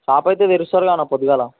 shop అయితే తెరుస్తారుగా అన్న పొద్దుగాల